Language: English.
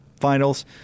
Finals